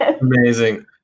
Amazing